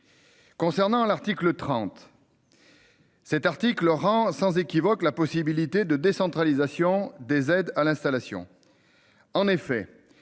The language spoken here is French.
Concernant l'article 30. Cet article rend sans équivoque la possibilité de décentralisation des aides à l'installation.